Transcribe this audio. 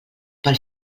pel